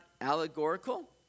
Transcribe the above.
allegorical